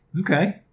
Okay